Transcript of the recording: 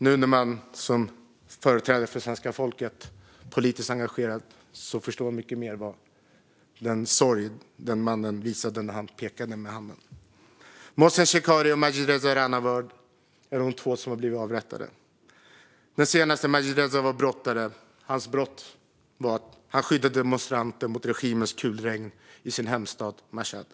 Nu, som företrädare för svenska folket och politiskt engagerad, förstår jag mycket mer av den sorg den mannen visade när han pekade med handen. Mohsen Shekari och Majidreza Rahnavard är de två som blivit avrättade. Den senaste, Majidreza, var brottare. Hans brott var att han skyddade demonstranter mot regimens kulregn i sin hemstad Meshed.